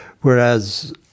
Whereas